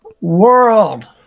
world